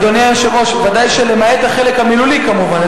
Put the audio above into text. אדוני היושב-ראש, ודאי שלמעט החלק המילולי, כמובן.